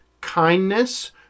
kindness